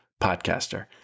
podcaster